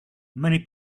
many